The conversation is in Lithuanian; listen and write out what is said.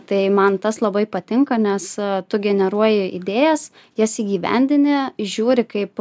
tai man tas labai patinka nes tu generuoji idėjas jas įgyvendini žiūri kaip